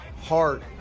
heart